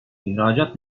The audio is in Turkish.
i̇hracat